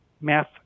math